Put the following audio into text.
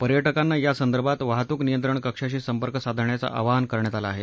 पर्यटकांना या संदर्भात वाहतूक नियंत्रण कक्षाशी संपर्क साधण्याचं आवाहन करण्यात आलं आहे